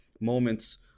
moments